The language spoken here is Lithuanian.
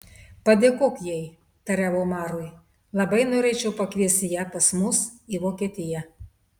padėkok jai tariau omarui labai norėčiau pakviesti ją pas mus į vokietiją